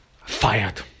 fired